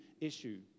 issue